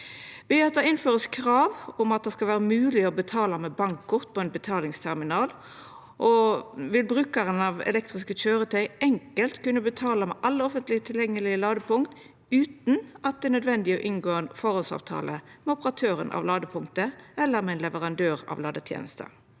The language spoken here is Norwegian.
Ved at det vert innført krav om at det skal vera mogleg å betala med bankkort på ein betalingsterminal, vil brukarane av elektriske køyretøy enkelt kunna betala ved alle offentleg tilgjengelege ladepunkt utan at det på førehand er nødvendig å inngå avtale med operatøren av ladepunktet eller med ein leverandør av ladetenester.